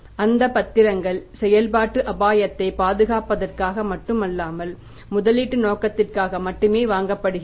அந்த பத்திரங்கள் செயல்பாட்டு அபாயத்தை பாதுகாப்பதற்காக மட்டுமல்லாமல் முதலீட்டு நோக்கத்திற்காக மட்டுமே வாங்கப்படுகின்றன